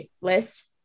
list